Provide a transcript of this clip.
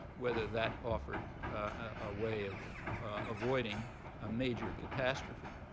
whether that offered a way of avoiding a major catastrophe.